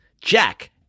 Jack